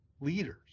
leaders